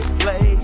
play